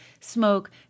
smoke